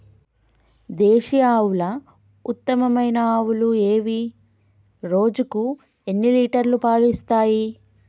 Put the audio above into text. దేశీయ ఆవుల ఉత్తమమైన ఆవులు ఏవి? రోజుకు ఎన్ని లీటర్ల పాలు ఇస్తాయి?